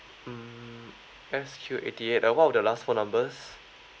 mm S_Q eighty eight uh what about the last four numbers